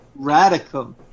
Radicum